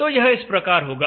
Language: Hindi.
तो यह इस प्रकार होगा